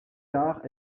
tard